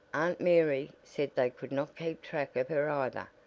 aunt mary said they could not keep track of her either.